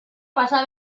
pasa